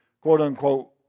quote-unquote